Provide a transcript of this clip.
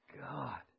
God